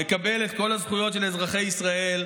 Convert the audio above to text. מקבל את כל הזכויות של אזרחי ישראל.